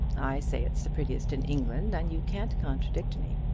i say it's the prettiest in england, and you can't contradict me.